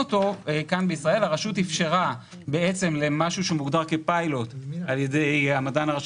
הרשות אפשרה למשהו שמוגדר כפיילוט על ידי המדען הראשי